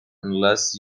unless